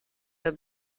der